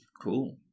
cool